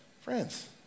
friends